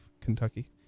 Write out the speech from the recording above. Kentucky